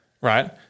right